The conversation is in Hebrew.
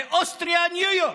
זה אוסטריה-ניו יורק.